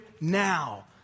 now